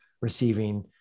receiving